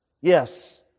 Yes